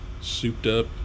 souped-up